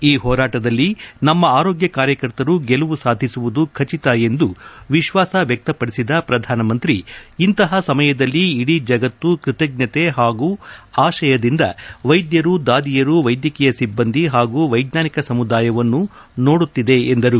ಈ ಹೋರಾಟದಲ್ಲಿ ನಮ್ಮ ಆರೋಗ್ಯ ಕಾರ್ಯಕರ್ತರು ಗೆಲುವು ಸಾಧಿಸುವುದು ಖಚಿತ ಎಂದು ವಿಶ್ವಾಸ ವ್ಯಕ್ತಪಡಿಸಿದ ಪ್ರಧಾನಮಂತ್ರಿ ಇಂತಹ ಸಮಯದಲ್ಲಿ ಇದಿ ಜಗತ್ತು ಕೃತಜ್ಞತೆ ಹಾಗೂ ಆಶಯದಿಂದ ವೈದ್ಯರು ದಾದಿಯರು ವೈದ್ಯಕೀಯ ಸಿಬ್ಬಂದಿ ಹಾಗೂ ವೈಜ್ಞಾನಿಕ ಸಮುದಾಯವನ್ನು ಎದುರು ನೋಡುತ್ತಿವೆ ಎಂದರು